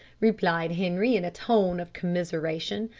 replied henri, in a tone of commiseration.